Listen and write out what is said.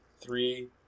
three